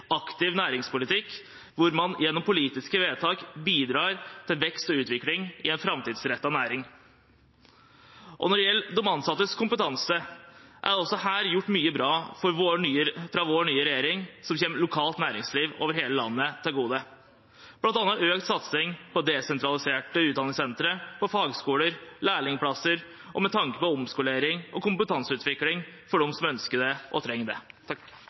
aktiv næringspolitikk hvor man gjennom politiske vedtak bidrar til vekst og utvikling i en framtidsrettet næring. Når det gjelder de ansattes kompetanse, er det av vår nye regjering også gjort mye bra som kommer lokalt næringsliv over hele landet til gode – bl.a. økt satsing på desentraliserte utdanningssentre, fagskoler og læringsplasser og med tanke på omskolering og kompetanseutvikling for dem som ønsker og trenger det. Takk